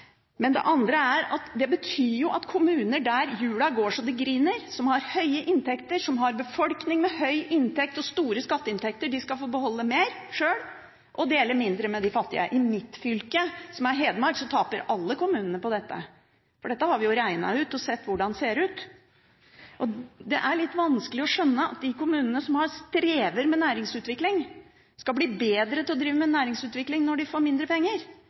det er nå det ene. Det andre er at det betyr at kommuner der hjula går så det griner, som har høye inntekter, som har befolkning med høy inntekt og store skatteinntekter, skal få beholde mer sjøl og dele mindre med de fattige. I mitt fylke, som er Hedmark, taper alle kommunene på dette. Dette har vi regnet ut, og sett hvordan det ser ut. Det er litt vanskelig å skjønne at de kommunene som strever med næringsutvikling, skal bli bedre til å drive med næringsutvikling når de får mindre penger.